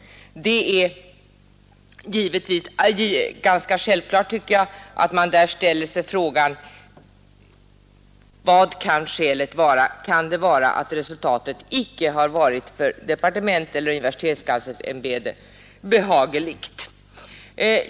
Det är ganska självklart att man där ställer sig frågan: Vad kan skälet vara? Kan det vara att resultatet icke har varit för departementet eller för universitetskanslersämbetet behagligt?